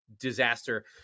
disaster